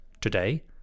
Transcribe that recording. Today